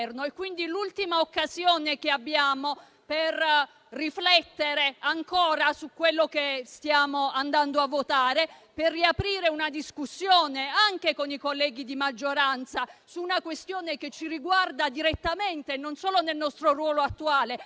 È quindi l'ultima occasione che abbiamo per riflettere ancora su quello che stiamo andando a votare, per riaprire una discussione, anche con i colleghi di maggioranza, su una questione che ci riguarda direttamente, non solo nel nostro ruolo attuale,